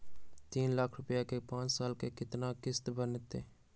तीन लाख रुपया के पाँच साल के केतना किस्त बनतै?